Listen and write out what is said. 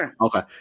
Okay